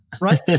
Right